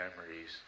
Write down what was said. memories